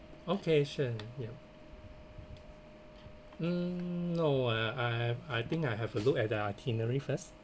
okay sure ya mm no I I I think I'll have a look at the itinerary first